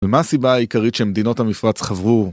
ומה הסיבה העיקרית שמדינות המפרץ חברו?